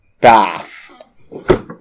bath